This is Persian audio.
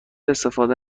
استفاده